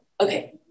okay